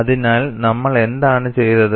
അതിനാൽ നമ്മൾ എന്താണ് ചെയ്തത്